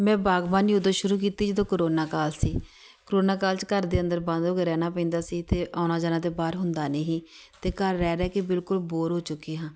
ਮੈਂ ਬਾਗਬਾਨੀ ਉਦੋਂ ਸ਼ੁਰੂ ਕੀਤੀ ਜਦੋਂ ਕਰੋਨਾ ਕਾਲ ਸੀ ਕਰੋਨਾ ਕਾਲ 'ਚ ਘਰ ਦੇ ਅੰਦਰ ਬੰਦ ਹੋ ਕੇ ਰਹਿਣਾ ਪੈਂਦਾ ਸੀ ਅਤੇ ਆਉਣਾ ਜਾਣਾ ਤਾਂ ਬਾਹਰ ਹੁੰਦਾ ਨਹੀਂ ਸੀ ਅਤੇ ਘਰ ਰਹਿ ਰਹਿ ਕੇ ਬਿਲਕੁਲ ਬੋਰ ਹੋ ਚੁੱਕੇ ਸਾਂ